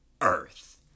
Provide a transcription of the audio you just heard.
earth